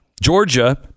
Georgia